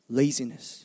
laziness